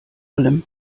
allem